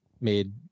made